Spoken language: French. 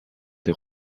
des